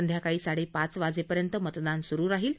संध्याकाळी साडे पाच वाजेपर्यंत मतदान सुरु राहील